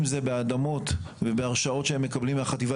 אם זה באדמות ובהרשאות שהם מקבלים מהחטיבה